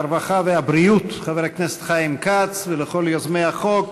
הרווחה והבריאות חבר הכנסת חיים כץ ולכל יוזמי החוק.